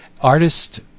Artist